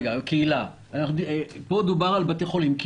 פה דובר על בתי חולים.